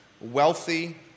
wealthy